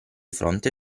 fronte